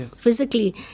physically